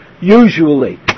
Usually